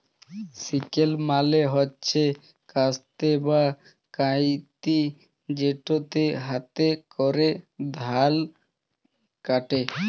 sickle মালে হছে কাস্তে বা কাঁইচি যেটতে হাতে ক্যরে ধাল ক্যাটে